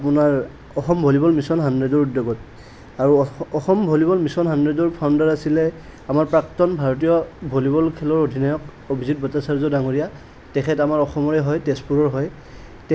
আপোনাৰ Assam volleyball mission হানড্ৰেদৰ উদ্যোগত আৰু অসম ভলীবল মিছন হানড্ৰেদৰ ফাউণ্ডাৰ আছিলে আমাৰ প্ৰাক্তন ভাৰতীয় ভলীবল খেলৰ অধিনায়ক অভিজিত ভট্টাচাৰ্য ডাঙৰীয়া তেখেত আমাৰ অসমৰে হয় তেজপুৰৰ হয়